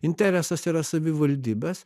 interesas yra savivaldybės